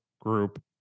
group